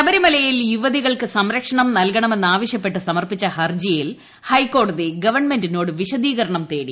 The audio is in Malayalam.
ശബരിമലയിൽ യുവിതികൾക്ക് സംരക്ഷണം ന് നൽകണമെന്നാവശ്യപ്പെട്ട് സമർപ്പിച്ച ഹർജിയിൽ ഹൈക്കോടതി ഗവൺമെന്റിനോട് വിശദീകരണം തേടി